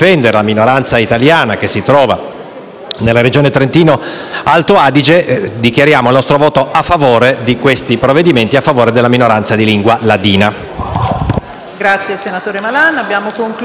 nella Regione Trentino-Alto Adige, dichiariamo il nostro voto a favore del provvedimento a tutela della minoranza di lingua ladina.